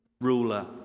ruler